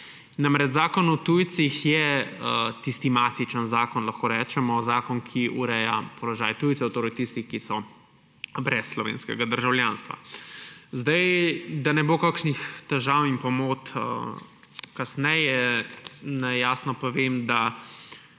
Namreč Zakon o tujcih je tisti matični zakon, lahko rečemo zakon, ki ureja položaj tujcev, torej tistih, ki so brez slovenskega državljanstva. Da ne bo kakšnih težav in pomot kasneje, naj jasno povem, da